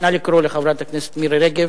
נא לקרוא לחברת הכנסת מירי רגב,